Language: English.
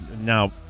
now